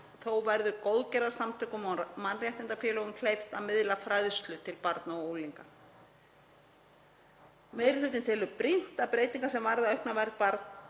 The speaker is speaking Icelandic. þó verður góðgerðarsamtökum og mannréttindafélögum kleift að miðla fræðslu til barna og unglinga. Meiri hlutinn telur brýnt að breytingar sem varða aukna vernd barna